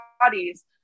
bodies